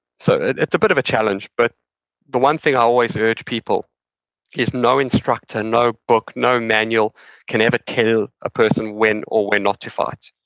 so, it's a bit of a challenge, but the one thing i always urge people is no instructor, no book, no manual can ever tell a person when or when not to fight.